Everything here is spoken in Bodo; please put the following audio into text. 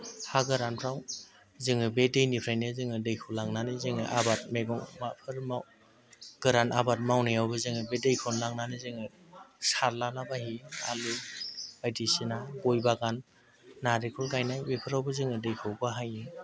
हा गोरानफ्राव जोङो बे दैनिफ्रायनो जोङो दैखौ लांनानै जोङो आबाद मैगं माबाफोर गोरान आबाद मावनायावबो जोङो बे दैखौनो लांनानै जोङो सारलालाबायहैयो आलु बायदिसिना गय बागान नारेंखल गायनाय बेफोरावबो जोङो दैखौ बाहायो